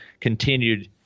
continued